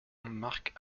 marque